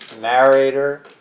narrator